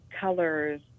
colors